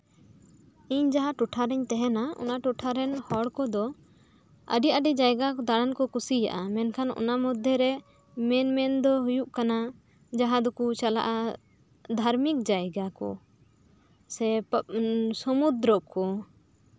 ᱤᱧ ᱡᱟᱦᱟᱸ ᱴᱚᱴᱷᱟᱨᱤᱧ ᱛᱟᱦᱮᱸᱱᱟ ᱚᱱᱟ ᱴᱚᱴᱷᱟ ᱨᱮᱱ ᱦᱚᱲ ᱠᱚᱫᱚ ᱟᱰᱤᱼᱟᱰᱤ ᱡᱟᱭᱜᱟ ᱫᱟᱬᱟᱱ ᱠᱚ ᱠᱩᱥᱤᱭᱟᱜᱼᱟ ᱢᱮᱱᱠᱷᱟᱱ ᱚᱱᱟ ᱠᱚ ᱢᱚᱫᱽᱫᱷᱮ ᱨᱮ ᱢᱮᱱᱼᱢᱮᱱ ᱫᱚ ᱦᱩᱭᱩᱜ ᱠᱟᱱᱟᱼ ᱡᱟᱦᱟᱸ ᱫᱚᱠᱚ ᱪᱟᱞᱟᱜᱼᱟ ᱫᱷᱟᱨᱢᱤᱠ ᱡᱟᱭᱜᱟ ᱠᱚ ᱥᱮ ᱥᱚᱢᱩᱫᱨᱚ ᱠᱚ